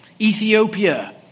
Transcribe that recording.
Ethiopia